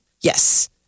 Yes